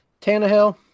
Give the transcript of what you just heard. Tannehill